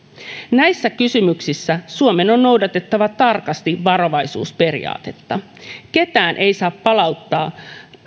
näissä kysymyksissä suomen on noudatettava tarkasti varovaisuusperiaatetta ketään ei saa palauttaa